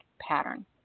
pattern